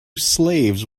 slaves